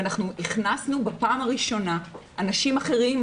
הכנסנו בפעם הראשונה אנשים אחרים,